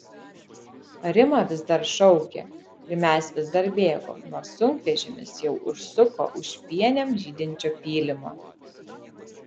rima vis dar šaukė ir mes vis dar bėgom nors sunkvežimis jau užsuko už pienėm žydinčio pylimo